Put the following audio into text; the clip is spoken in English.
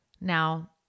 Now